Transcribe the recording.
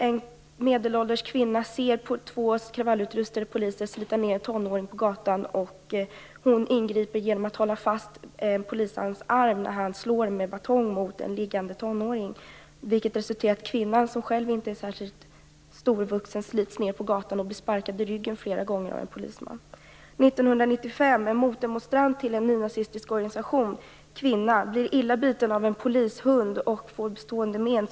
En medelålders kvinna ser två kravallutrustade poliser slita ned en tonåring på gatan och ingriper genom att hålla fast en polismans arm när han slår med batong mot den liggande tonåringen. Det här resulterar i att kvinnan, som själv inte är särskilt storvuxen, slits ned på gatan och blir sparkad i ryggen flera gånger av en polisman. År 1995 blir en kvinnlig motdemonstrant till en nynazistisk organisation illa biten av en polishund och får bestående men.